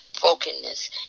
Brokenness